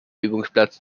übungsplatz